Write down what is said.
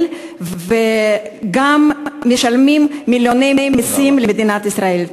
וגם משלמים מיליונים במסים למדינת ישראל?